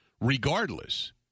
regardless